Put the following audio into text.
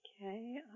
Okay